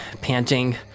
panting